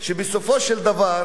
שבסופו של דבר,